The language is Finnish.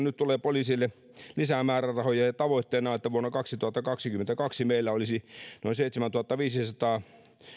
nyt tulee poliisille lisää määrärahoja ja tavoitteena on että vuonna kaksituhattakaksikymmentäkaksi meillä olisi noin seitsemäntuhattaviisisataa